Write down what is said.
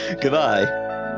Goodbye